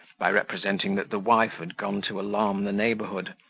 by representing that the wife had gone to alarm the neighbourhood,